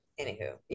Anywho